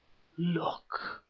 look!